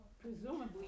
Presumably